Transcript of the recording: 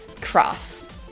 Cross